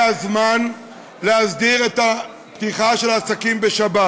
הזמן להסדיר את הפתיחה של עסקים בשבת.